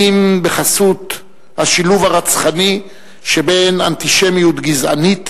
כי אם בחסות השילוב הרצחני שבין אנטישמיות גזענית